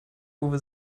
uwe